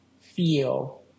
feel